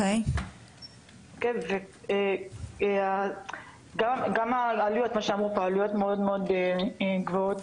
דיברו פה על עלויות מאוד מאוד גבוהות.